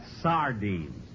Sardines